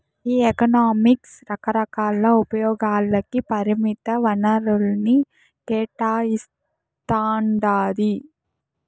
ఈ ఎకనామిక్స్ రకరకాల ఉపయోగాలకి పరిమిత వనరుల్ని కేటాయిస్తాండాది